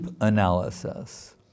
analysis